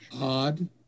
odd